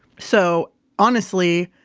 so honestly,